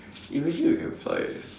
imagine you can fly eh